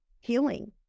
healing